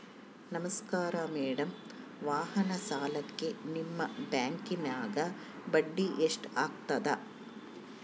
ನಮಸ್ಕಾರ ಮೇಡಂ ವಾಹನ ಸಾಲಕ್ಕೆ ನಿಮ್ಮ ಬ್ಯಾಂಕಿನ್ಯಾಗ ಬಡ್ಡಿ ಎಷ್ಟು ಆಗ್ತದ?